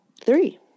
three